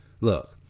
look